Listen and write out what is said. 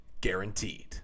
guaranteed